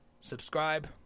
subscribe